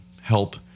help